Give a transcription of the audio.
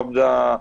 פה